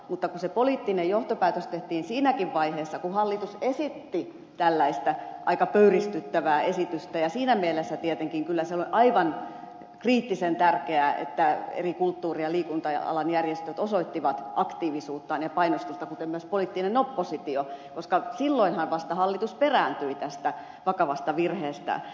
mutta se poliittinen johtopäätös tehtiin siinäkin vaiheessa kun hallitus esitti tällaista aika pöyristyttävää esitystä ja siinä mielessä tietenkin kyllä on aivan kriittisen tärkeää että eri kulttuuri ja liikunta alan järjestöt osoittivat aktiivisuuttaan ja painostusta kuten myös poliittinen oppositio koska silloinhan vasta hallitus perääntyi tästä vakavasta virheestään